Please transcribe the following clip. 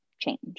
Change